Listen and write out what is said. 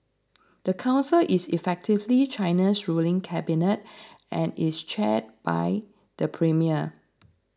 the council is effectively China's ruling cabinet and is chaired by the premier